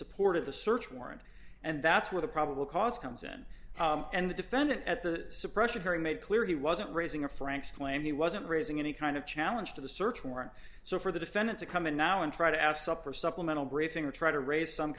supported the search warrant and that's where the probable cause comes in and the defendant at the suppression hearing made clear he wasn't raising a frank's claim he wasn't raising any kind of challenge to the search warrant so for the defendant to come in now and try to ask for supplemental briefing or try to raise some